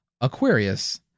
Aquarius